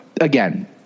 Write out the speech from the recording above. again